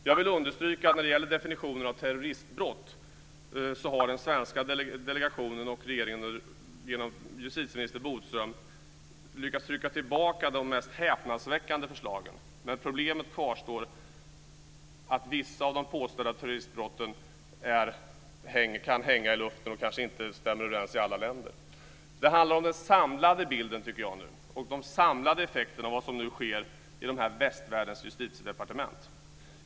Jag vill understryka att när det gäller definitionen av terroristbrott har den svenska delegationen och regeringen genom justitieminister Bodström lyckats trycka tillbaka de mest häpnadsväckande förslagen. Men problemet kvarstår, vissa av de påstådda terroristbrotten kan hänga i luften och kanske inte stämmer överens i alla länder. Det handlar nu om den samlade bilden, tycker jag, och de samlade effekterna av det som nu sker i västvärldens justitiedepartement.